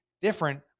different